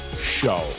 Show